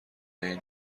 این